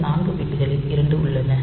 இந்த நான்கு பிட்களில் 2 உள்ளன